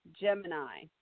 Gemini